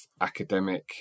academic